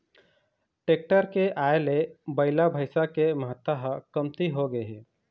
tractor के आए ले बइला, भइसा के महत्ता ह कमती होगे हे